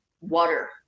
water